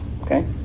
Okay